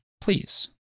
please